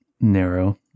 narrow